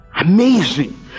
amazing